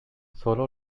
sólo